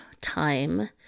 time